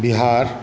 Bihar